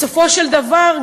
בסופו של דבר,